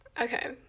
Okay